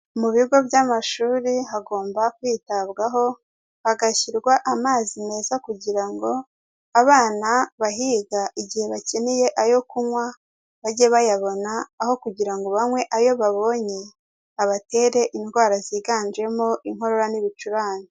Mu bigo by'amashuri hagomba kwitabwaho, hagashyirwa amazi meza kugira ngo abana bahiga igihe bakeneye ayo kunywa, bajye bayabona aho kugira ngo banywe ayo babonye, abatere indwara ziganjemo inkorora n'ibicurane.